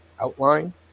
outline